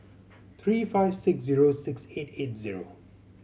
three five six zero six eight eight zero